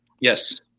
Yes